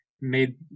made